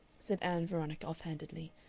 said ann veronica, offhandedly.